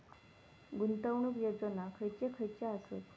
गुंतवणूक योजना खयचे खयचे आसत?